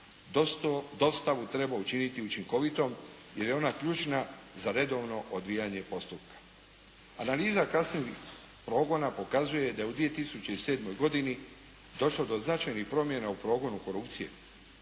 Dostavu treba učiniti učinkovitom jer je ona ključna za redovno odvijanje postupka. Analiza kasnijeg progona pokazuje da je u 2007. godini došlo do značajnih promjena u progonu korupcije.